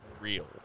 real